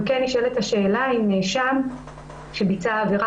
גם כן נשאלת השאלה אם נאשם שביצע עבירה